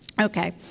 Okay